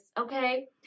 okay